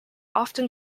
often